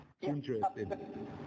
Interesting